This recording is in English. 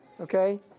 okay